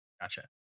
gotcha